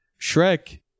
shrek